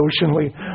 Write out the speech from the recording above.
emotionally